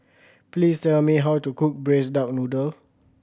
please tell me how to cook Braised Duck Noodle